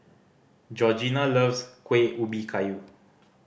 Georgina loves Kueh Ubi Kayu